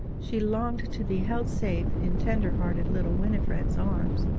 she longed to be held safe in tender-hearted little winifred's arms.